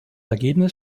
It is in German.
ergebnis